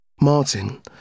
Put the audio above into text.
Martin